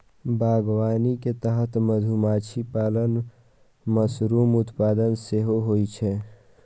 बागवानी के तहत मधुमाछी पालन, मशरूम उत्पादन सेहो होइ छै